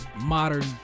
Modern